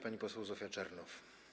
Pani poseł Zofia Czernow.